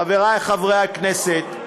חברי חברי הכנסת,